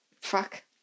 fuck